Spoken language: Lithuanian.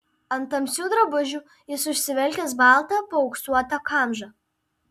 ant tamsių drabužių jis užsivilkęs baltą paauksuotą kamžą